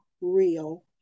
real